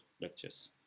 lectures